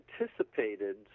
anticipated